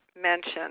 mention